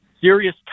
Serious